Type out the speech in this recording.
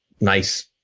nice